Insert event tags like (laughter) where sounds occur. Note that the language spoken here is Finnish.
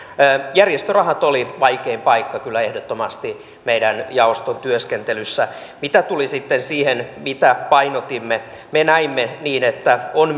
järjestörahat oli kyllä ehdottomasti vaikein paikka meidän jaostotyöskentelyssämme mitä tuli sitten siihen mitä painotimme me näimme niin että on (unintelligible)